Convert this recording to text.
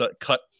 cut